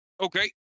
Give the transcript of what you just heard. Okay